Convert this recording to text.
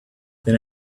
then